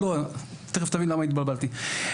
תיכף תבין למה התבלבלתי.